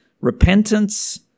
repentance